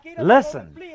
Listen